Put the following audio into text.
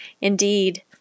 Indeed